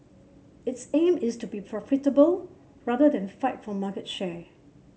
its aim is to be profitable rather than fight for market share